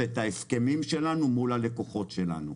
זה ההסכמים שלנו מול הלקוחות שלנו.